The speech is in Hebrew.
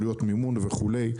עלויות מימון וכולי,